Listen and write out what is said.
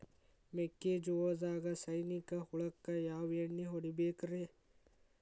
ಮೆಕ್ಕಿಜೋಳದಾಗ ಸೈನಿಕ ಹುಳಕ್ಕ ಯಾವ ಎಣ್ಣಿ ಹೊಡಿಬೇಕ್ರೇ?